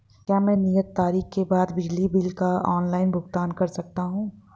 क्या मैं नियत तारीख के बाद बिजली बिल का ऑनलाइन भुगतान कर सकता हूं?